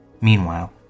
Meanwhile